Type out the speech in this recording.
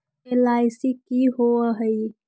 LIC की होअ हई?